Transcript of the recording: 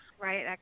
right